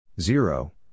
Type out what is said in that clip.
Zero